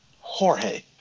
Jorge